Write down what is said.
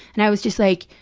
and i was just like,